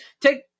take